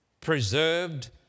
preserved